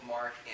Mark